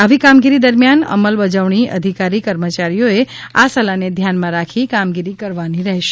આવી કામગીરી દરમિયાન અમલ બજવણી અધિકારી કર્મચારીઓએ આ સલાહને ધ્યાનમાં રાખી કામગીરી કરવાની રહેશે